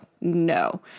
no